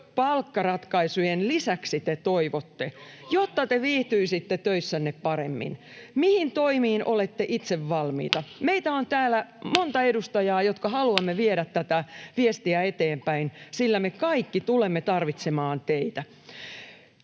Jos saa äänensä kuuluviin!] jotta te viihtyisitte töissänne paremmin, mihin toimiin olette itse valmiita. Meitä on täällä monta edustajaa, jotka haluamme viedä tätä viestiä eteenpäin, sillä me kaikki tulemme tarvitsemaan teitä.